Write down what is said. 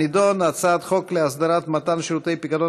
הנדון: הצעת חוק להסדרת מתן שירותי פיקדון